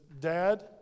dad